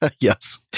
yes